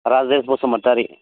Rajesh Basumatary